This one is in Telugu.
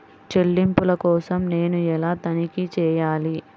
చెల్లింపుల కోసం నేను ఎలా తనిఖీ చేయాలి?